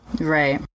Right